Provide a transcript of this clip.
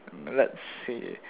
let's see